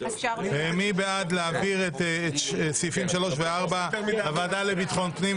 מי בעד להעביר את סעיפים 3-4 לוועדה לביטחון הפנים,